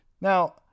Now